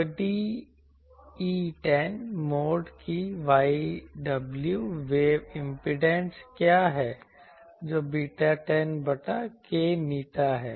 तो TE10 mode की yw wave impedance क्या है जो β10 बटा k η है